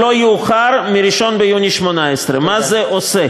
לא יאוחר מ-1 ביוני 18'". מה זה עושה?